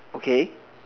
okay